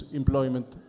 employment